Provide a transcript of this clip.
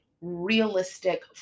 realistic